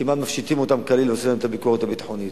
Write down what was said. כמעט מפשיטים אותם כליל ועושים להם את הביקורת הביטחונית.